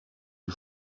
die